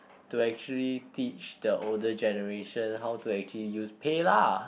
to actually teach the older generation how to actually use PayLah